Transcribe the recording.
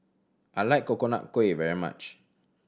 I like Coconut Kuih very much